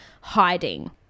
hiding